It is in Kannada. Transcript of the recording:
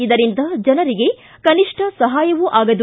ಇದರಿಂದ ಜನರಿಗೆ ಕನಿಷ್ಠ ಸಹಾಯವೂ ಆಗದು